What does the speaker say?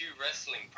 wrestling